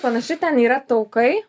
panaši ten yra taukai